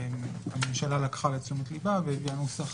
ושהממשלה לקחה לתשומת ליבה והביאה נוסח